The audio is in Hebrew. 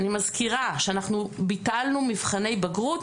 אני מזכירה שאנחנו ביטלנו מבחני בגרות,